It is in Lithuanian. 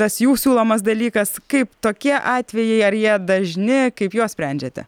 tas jų siūlomas dalykas kaip tokie atvejai ar jie dažni kaip juos sprendžiate